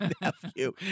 nephew